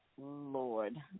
Lord